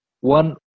One